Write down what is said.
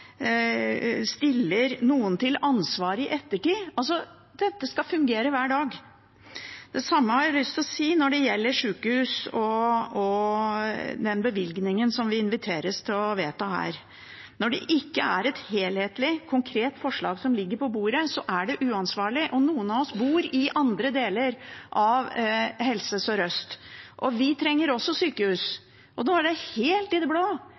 stiller noen til ansvar i ettertid; dette skal fungere hver dag. Det samme har jeg lyst til å si når det gjelder sykehus og den bevilgningen vi inviteres til å vedta her. Når det ikke er et helhetlig, konkret forslag som ligger på bordet, er det uansvarlig. Noen av oss bor i andre deler av Helse-Sør-Øst, og vi trenger også sykehus. Nå er det helt i det blå